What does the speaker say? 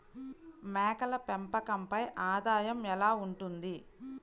మేకల పెంపకంపై ఆదాయం ఎలా ఉంటుంది?